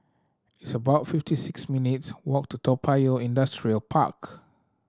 it's about fifty six minutes' walk to Toa Payoh Industrial Park